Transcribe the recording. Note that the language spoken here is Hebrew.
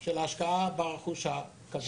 של ההשקעה ברכוש הקבוע.